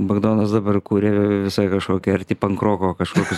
bagdonas dabar kuria visai kažkokį arti pankroko kažkokius